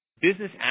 Business